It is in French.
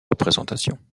représentation